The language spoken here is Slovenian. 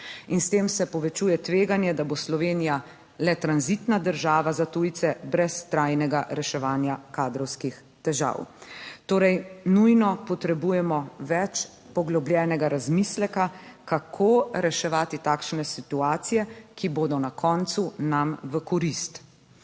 In s tem se povečuje tveganje, da bo Slovenija le tranzitna država za tujce brez trajnega reševanja kadrovskih težav. Torej nujno potrebujemo več poglobljenega razmisleka, kako reševati takšne situacije, ki bodo na koncu nam v korist.